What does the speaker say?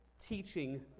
teaching